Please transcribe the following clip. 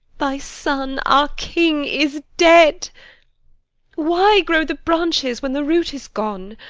thy son, our king, is dead why grow the branches when the root is gone?